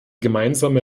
gemeinsame